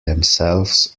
themselves